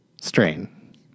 Strain